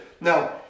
Now